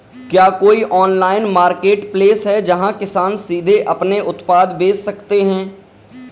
क्या कोई online marketplace है जहाँ किसान सीधे अपने उत्पाद बेच सकते हैं?